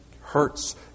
hurts